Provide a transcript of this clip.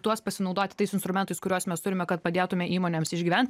tuos pasinaudoti tais instrumentais kuriuos mes turime kad padėtume įmonėms išgyvent